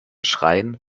schrein